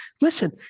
listen